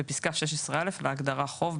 בפסקה (16א) להגדרה "חוב"